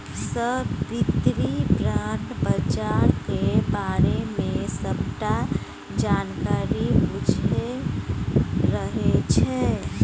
साबित्री bond बजारक बारे मे सबटा जानकारी बुझि रहल छै